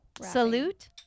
Salute